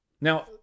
Now